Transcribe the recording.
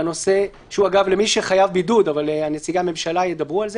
שהוא אגב למי שחייב בידוד אבל נציגי הממשלה ידברו על זה,